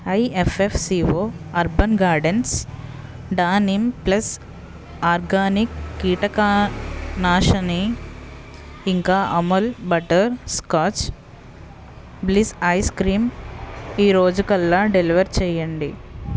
IFFCO urban gardens డా neem plus organic కీటక నాశిని ఇంకా అమూల్ బటర్స్కాచ్ బ్లిస్ ఐస్ క్రీంని ఈరోజుకల్లా డెలివర్ చెయ్యండి